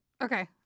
Okay